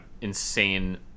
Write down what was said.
insane